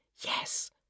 Yes